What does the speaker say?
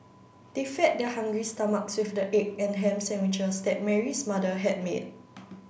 they fed their hungry stomachs with the egg and ham sandwiches that Mary's mother had made